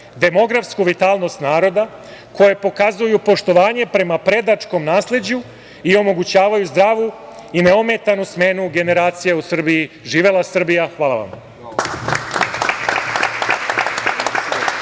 demografsku vitalnost naroda koje pokazuju poštovanje prema predačkom nasleđu i omogućavaju zdravu i neometanu smenu generacija u Srbiji. Živela Srbija. Hvala vam.